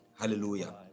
Hallelujah